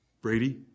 Brady